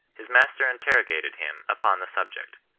his master interrogated him upon the sub ject.